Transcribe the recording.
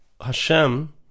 Hashem